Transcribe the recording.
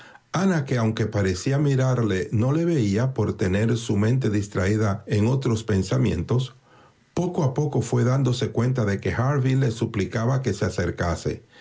la ventana ana que aunque parecía mirarle no le veía por tener su mente distraída en otros pensamientos poco a poco fué dándose cuenta de que harville le suplicaba que se acercase